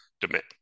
demand